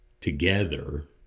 together